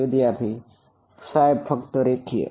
વિદ્યાર્થી સાહેબ ફક્ત રેખીય